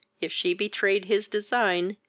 if she betrayed his design,